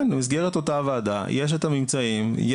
במסגרת אותה הוועדה יש את הממצאים,